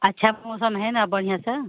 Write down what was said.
अच्छा मौसम है ना बढ़िया सा